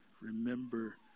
Remember